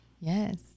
Yes